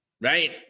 right